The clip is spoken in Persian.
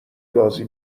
بازی